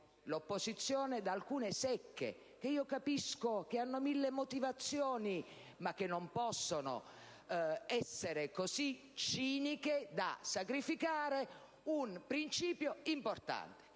l'opposizione da alcune secche, che io capisco, che hanno mille motivazioni, ma che non possono essere così ciniche da sacrificare un principio importante: